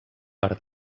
per